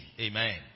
Amen